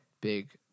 big